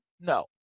No